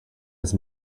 his